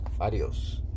Adios